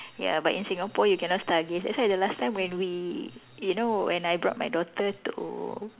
ya but in Singapore you cannot stargaze that's why the last time when we you know when I brought my daughter to